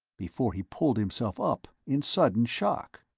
before he pulled himself up, in sudden shock.